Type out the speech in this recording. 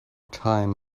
time